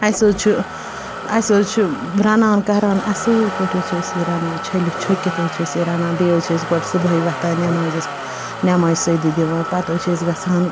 اَسہِ حظ چھِ اَسہِ حظ چھِ رَنان کَران اَصٕل پٲٹھۍ حظ چھِ أسۍ یہِ رَنان چھٔلِتھ چھوٚکِتھ حظ چھِ أسۍ یہِ رَنان بیٚیہِ حظ چھِ أسۍ گۄرٕ صُبحٲے وۄتھان نٮ۪مازِ حظ نٮ۪مازِ سٔجدٕ دِوان پَتہٕ حظ چھِ أسۍ گژھان